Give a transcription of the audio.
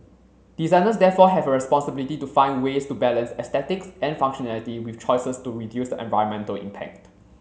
designers therefore have a responsibility to find ways to balance aesthetics and functionality with choices to reduce the environmental impact